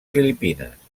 filipines